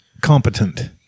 competent